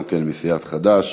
גם כן מסיעת חד"ש.